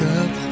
up